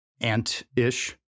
ant-ish